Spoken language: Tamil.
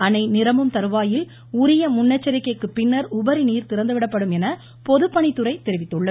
அணை நிரம்பும் தருவாயில் உரிய முன் எச்சரிக்கைக்குப் பின்னர் உபரிநீர் திறந்துவிடப்படும் என பொதுப்பணித்துறை தெரிவித்துள்ளது